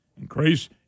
Increase